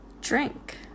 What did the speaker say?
Drink